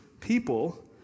people